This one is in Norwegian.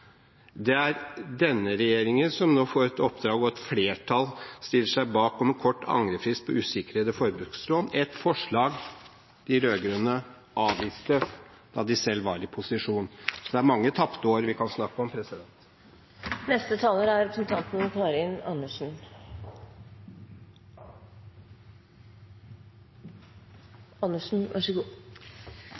Det er denne regjeringen som nå får et oppdrag, og et flertall stiller seg bak en kort angrefrist på usikrede forbrukslån, et forslag de rød-grønne avviste da de selv var i posisjon. Så det er mange tapte år vi kan snakke om.